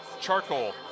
charcoal